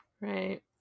Right